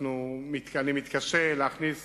אני מתקשה להכניס